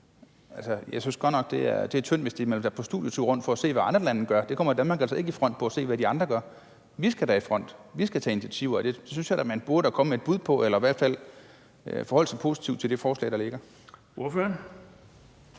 Jeg synes godt nok, det er tyndt, hvis man vil rundt på studietur for at se, hvad andre lande gør. Danmark kommer altså ikke i front ved at se, hvad de andre gør. Vi skal da i front, og vi skal tage initiativer, og det synes jeg da at man burde komme med et bud på eller i hvert fald forholde sig positivt til det forslag, der ligger. Kl.